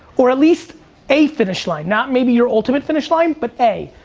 or at least a finish line. not maybe your ultimate finish line. but a.